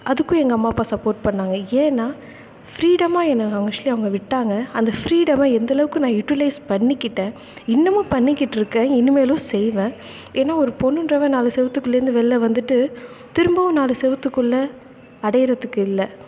அதுக்கும் எங்கள் அம்மா அப்பா சப்போர்ட் பண்ணாங்க ஏன்னால் ஃப்ரீடமாக என்ன அவங்க ஆக்சுவலி விட்டாங்க அந்த ஃப்ரீடமை எந்தளவுக்கு நான் யுட்டிலைஸ் பண்ணிக்கிட்டேன் இன்னமும் பண்ணிக்கிட்டு இருக்கேன் இனிமேலும் செய்வேன் ஏன்னால் ஒரு பொண்ணுன்றவள் நாலு செவத்துக்குள்ள இருந்து வெளில வந்துட்டு திரும்பவும் நாலு செவத்துக்குள்ள அடைகிறத்துக்கு இல்லை